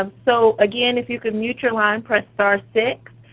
um so again, if you could mute your line, press star-six,